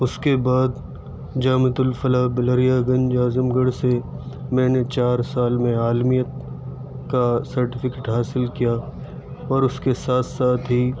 اس کے بعد Jamiatul Falah Bilariyaganj Azamgarh سے میں نے چار سال میں عالمیت کا سرٹیفکٹ حاصل کیا اور اس کے ساتھ ساتھ ہی